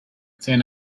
then